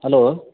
hello